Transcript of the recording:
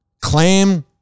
claim